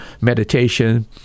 meditation